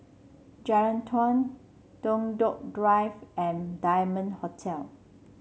Jalan Naung Toh Tuck Drive and Diamond Hotel